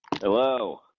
Hello